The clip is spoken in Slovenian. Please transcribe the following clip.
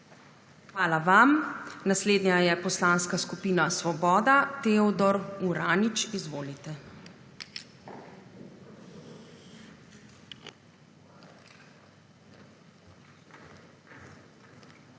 Hvala vam. Naslednja je Poslanska skupina Svoboda. Teodor Uranič, izvolite.